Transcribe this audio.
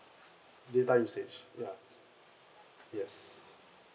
data usage ya yes